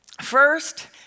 First